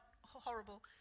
horrible